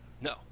No